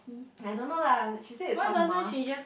I don't know lah she said is some mask